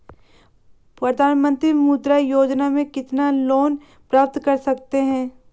प्रधानमंत्री मुद्रा योजना में कितना लोंन प्राप्त कर सकते हैं?